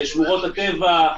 לשמורות הטבע,